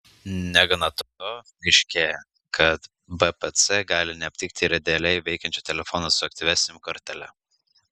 negana to aiškėja kad bpc gali neaptikti ir idealiai veikiančio telefono su aktyvia sim kortele